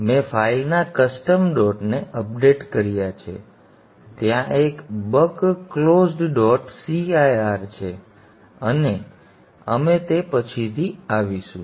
અને મેં ફાઇલના કસ્ટમ ડોટ ને અપડેટ કર્યા છે અને ત્યાં એક બક ક્લોઝ્ડ ડોટ cir છે અને અમે તે પછીથી આવીશું